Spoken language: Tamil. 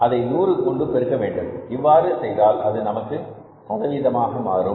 அதை 100 பெருக்க வேண்டும் அவ்வாறு செய்தால் அது நமக்கு சதவீதமாக மாறும்